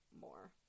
more